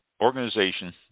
organization